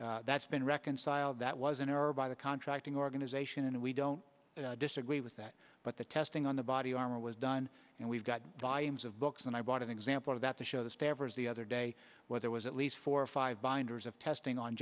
missing that's been reconciled that was an error by the contracting organization and we don't disagree with that but the testing on the body armor was done and we've got by ems of books and i bought an example of that to show the staffers the other day where there was at least four or five binders of testing on